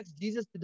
Jesus